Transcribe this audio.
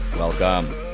Welcome